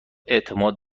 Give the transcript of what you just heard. اعتماد